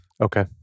Okay